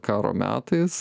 karo metais